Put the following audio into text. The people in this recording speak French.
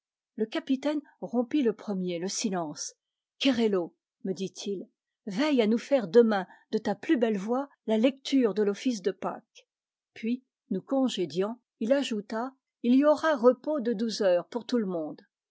le capitaine rompit le premier le silence kerello me dit-il veille à nous faire demain de ta plus belle voix la lecture de l'office de pâques puis nous congédiant il ajouta il y aura repos de douze heures pour tout le monde